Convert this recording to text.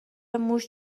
موش